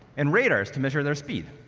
and radars to measure their speed.